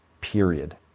period